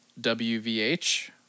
WVH